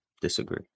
disagree